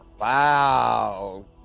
Wow